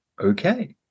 okay